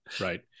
Right